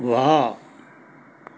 ਵਾਹ